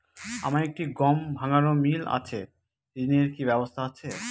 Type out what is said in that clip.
আমার একটি গম ভাঙানোর মিল আছে ঋণের কি ব্যবস্থা আছে?